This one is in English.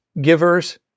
givers